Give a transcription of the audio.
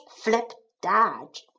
flip-dodge